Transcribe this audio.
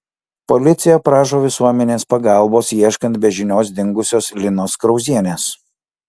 policija prašo visuomenės pagalbos ieškant be žinios dingusios linos krauzienės